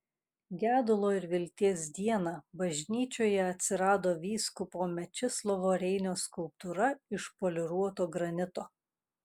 gedulo ir vilties dieną bažnyčioje atsirado vyskupo mečislovo reinio skulptūra iš poliruoto granito